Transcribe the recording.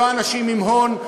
לא אנשים עם הון,